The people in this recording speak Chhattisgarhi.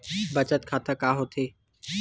बचत खाता का होथे?